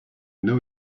know